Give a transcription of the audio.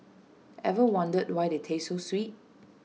ever wondered why they taste so sweet